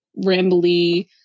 rambly